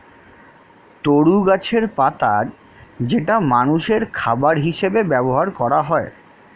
তরু গাছের পাতা যেটা মানুষের খাবার হিসেবে ব্যবহার করা হয়